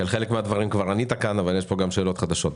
על חלק מהדברים כבר ענית כאן אבל יש פה גם שאלות חדשות.